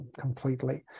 completely